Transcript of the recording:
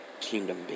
Kingdom